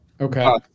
Okay